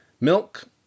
Milk